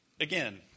Again